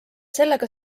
sellega